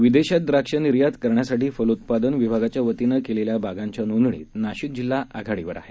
विदेशातद्राक्षनिर्यातकरण्यासाठीफलोत्पादनविभागाच्यावतीनंकेलेल्याबागांच्यानोंदणीतनाशिकजिल्हाआघाडीवरआहे